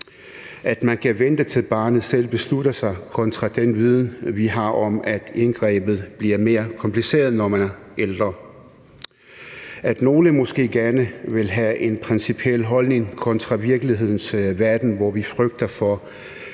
at man kan vente, til barnet selv beslutter sig, kontra den viden, vi har, om, at indgrebet bliver mere kompliceret, når man er ældre; at nogle måske gerne vil have en principiel holdning kontra virkelighedens verden, hvor vi frygter for,